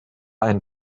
ein